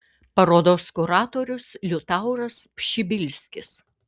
parodos kuratorius liutauras pšibilskis